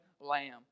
Lamb